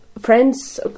friends